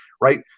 right